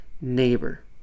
neighbor